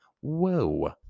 Whoa